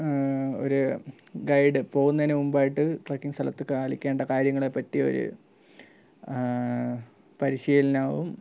ഒരു ഗൈഡ് പോകുന്നതിന് മുമ്പായിട്ട് ട്രക്കിങ്ങ് സ്ഥലത്ത് പാലിക്കേണ്ട കാര്യങ്ങളെ പറ്റി ഒരു പരിശീലനവും